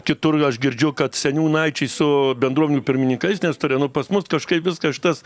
kitur aš girdžiu kad seniūnaičiai su bendruomenių pirmininkais nesutaria nu pas mus kažkaip viskas šitas